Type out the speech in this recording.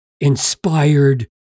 inspired